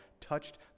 touched